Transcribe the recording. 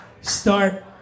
start